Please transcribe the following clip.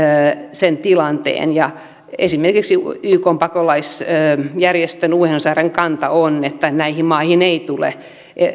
sen tilanteen ja esimerkiksi ykn pakolaisjärjestön unhcrn kanta on että näihin maihin ei tule